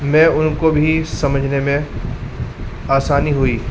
میں ان کو بھی سمجھنے میں آسانی ہوئی